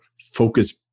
focus